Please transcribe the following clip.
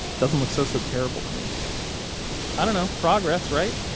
doesn't look so, so terrible to me i don't know. progress, right?